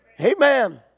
Amen